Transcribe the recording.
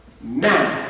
now